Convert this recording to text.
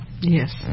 Yes